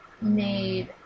made